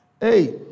Hey